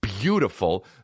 beautiful